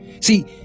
See